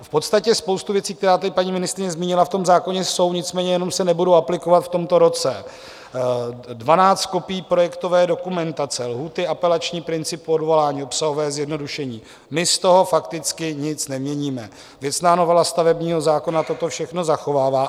V podstatě spousta věcí, které tady paní ministryně zmínila, v tom zákoně jsou, nicméně se jenom nebudou aplikovat v tomto roce dvanáct kopií projektové dokumentace, lhůty, apelační princip odvolání, obsahové zjednodušení, z toho fakticky nic neměníme, věcná novela stavebního zákona toto všechno zachovává.